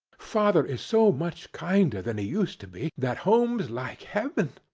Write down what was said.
father is so much kinder than he used to be, that home's like heaven!